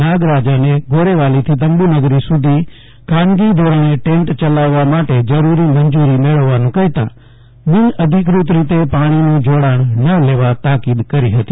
નાગરાજને ગોરેવલીથી તંબુ નગરી સુ ધી ખાનગી ધોરણે ટેન્ટ ચલાવવા માટે જરૂરી મંજૂરી મેળવવાનું કહેતાં બિન અધિકૃત રીતે પાણીનું જોડાણ ન લેવાની તાકીદ કરી હતી